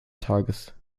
tages